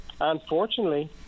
unfortunately